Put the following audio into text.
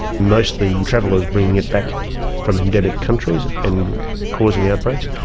mostly travellers bringing it back from endemic countries and causing outbreaks,